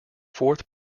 fourth